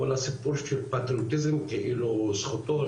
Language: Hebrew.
כל הסיפור של פטריוטיזם כאילו זכותו,